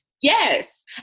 Yes